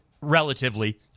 relatively